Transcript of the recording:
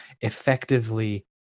effectively